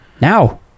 now